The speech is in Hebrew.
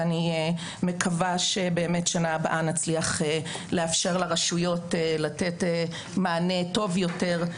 אני מקווה שבאמת שנה הבאה נצליח לאפשר לרשויות לתת מענה טוב יותר.